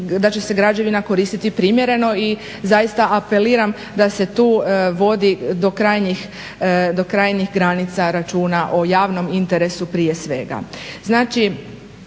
da će se građevina koristiti primjereno. I zaista apeliram da se tu vodi do krajnjih granica računa o javnom interesu prije svega.